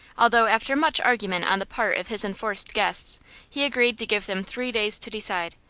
although after much argument on the part of his enforced guests he agreed to give them three days to decide,